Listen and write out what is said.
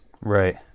Right